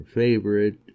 favorite